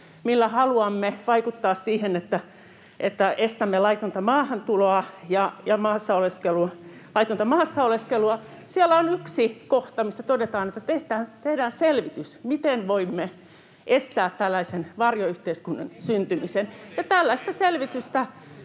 millä haluamme vaikuttaa siihen, että estämme laitonta maahantuloa ja laitonta maassa oleskelua. Siellä on yksi kohta, missä todetaan, että tehdään selvitys, miten voimme estää tällaisen varjoyhteiskunnan syntymisen. [Sari